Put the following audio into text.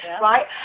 right